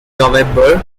november